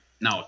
no